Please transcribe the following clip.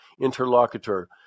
interlocutor